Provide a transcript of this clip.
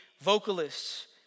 vocalists